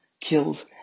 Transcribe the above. kills